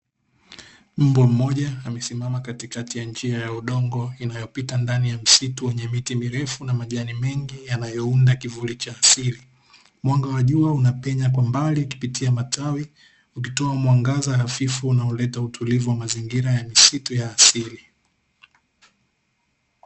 Mbwa moja amesimama katikati ya njia ya udongo inayopita ndani ya msitu wenye miti mirefu na majani mengi, yanayounda kivuli cha asili. Mwanga wa jua unapenya kwa mbali kupitia matawi, ukitoa mwangaza hafifu unaoleta utulivu wa wamazingira ya misitu ya asili.